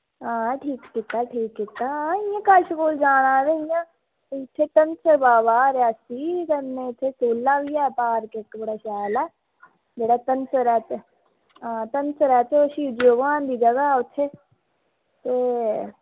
आं ठीक कीता ठीक कीता आं इंया कम सा कम जाना ते उत्थें रियासी ते कन्नै इक्क पार्क बी ऐ सूला बावा डनसर ऐ बावा डनसर ऐ इत्थें शिवजी भगवान द जगह एह्